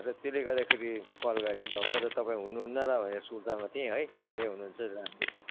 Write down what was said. र त्यसले गर्दाखेरि कल गरे नि त म त तपाईँ हुनु हुन्न होला भनेर सुर्ताको थिएँ है घर हुनु हुन्छ